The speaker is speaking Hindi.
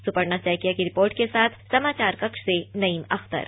सुपर्णा सेकिया की रिपोर्ट के साथ समाचार कक्ष से नईम अख्तर